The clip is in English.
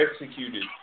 executed